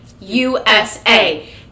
USA